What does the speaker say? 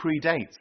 predates